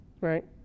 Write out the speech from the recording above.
Right